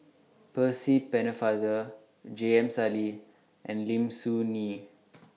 Percy Pennefather J M Sali and Lim Soo Ngee